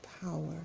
power